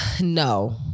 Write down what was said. no